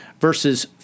verses